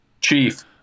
chief